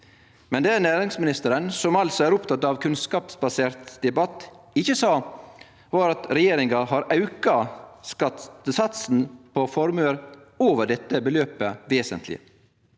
men det næringsministeren, som altså er oppteken av ein kunnskapsbasert debatt, ikkje sa, var at regjeringa har auka skattesatsen på formuar over dette beløpet vesentleg.